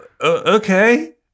Okay